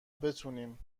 بتونیم